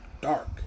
Dark